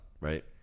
right